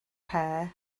pear